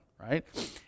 right